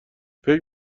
فکر